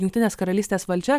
jungtinės karalystės valdžia